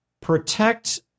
protect